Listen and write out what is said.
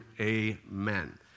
Amen